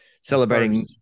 celebrating